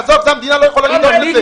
עזוב, לזה המדינה לא יכולה לדאוג.